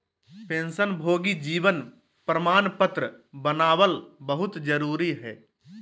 पेंशनभोगी जीवन प्रमाण पत्र बनाबल बहुत जरुरी हइ